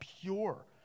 pure